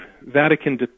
Vatican